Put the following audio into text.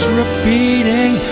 repeating